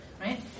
right